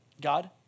God